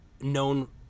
known